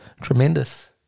tremendous